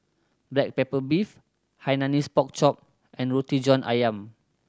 black pepper beef Hainanese Pork Chop and Roti John Ayam